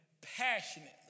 passionately